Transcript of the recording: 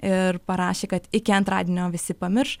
ir parašė kad iki antradienio visi pamirš